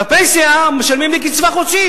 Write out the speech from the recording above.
בפנסיה משלמים לי קצבה חודשית.